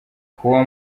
kuwa